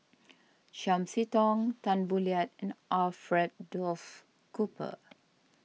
Chiam See Tong Tan Boo Liat and Alfred Duff Cooper